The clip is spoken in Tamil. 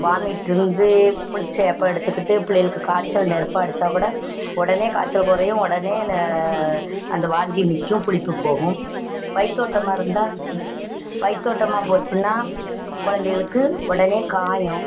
வாமிட் இருந்து புளிச்ச ஏப்பம் எடுத்துக்கிட்டு பிள்ளைகளுக்கு காய்ச்சல் நெருப்பாக அடிச்சால் கூட உடனே காய்ச்சல் குறையும் உடனே அந்த வாந்தி நிற்கும் புளிப்பு போகும் வயித்தோட்டமாக இருந்தால் வயித்தோட்டமாக போச்சுன்னா குழந்தைகளுக்கு உடனே காயம்